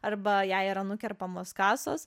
arba jai yra nukerpamos kasos